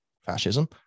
fascism